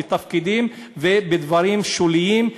בתפקידים ובדברים שוליים,